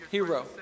Hero